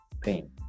pain